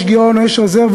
יש גירעון או יש רזרבה,